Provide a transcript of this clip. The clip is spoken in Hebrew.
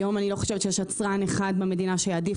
היום אני לא חושבת שיש יצרן אחד במדינה שיעדיף